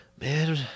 man